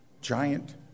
giant